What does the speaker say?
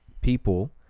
people